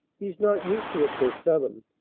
he's not used to it till seven,